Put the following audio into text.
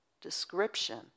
description